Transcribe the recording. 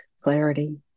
clarity